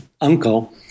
uncle